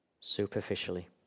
superficially